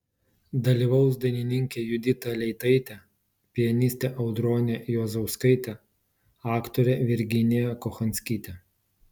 dalyvaus dainininkė judita leitaitė pianistė audronė juozauskaitė aktorė virginija kochanskytė